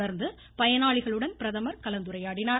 தொடர்ந்து பயனாளிகளுடன் பிரதமர் கலந்துரையாடினார்